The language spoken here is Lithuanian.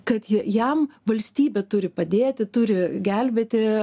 kad ji jam valstybė turi padėti turi gelbėti